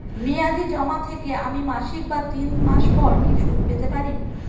মেয়াদী জমা থেকে আমি মাসিক বা তিন মাস পর কি সুদ পেতে পারি?